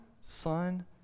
Son